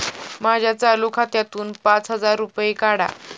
माझ्या चालू खात्यातून पाच हजार रुपये काढा